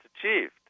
achieved